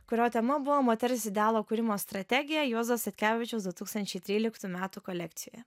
kurio tema buvo moters idealo kūrimo strategija juozo statkevičiaus du tūkstančiai tryliktų metų kolekcijoje